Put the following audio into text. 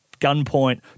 gunpoint